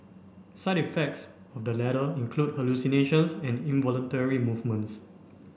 side effects of the latter include hallucinations and involuntary movements